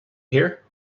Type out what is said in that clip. hear